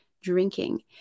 drinking